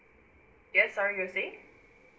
yes sorry you were saying